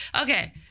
Okay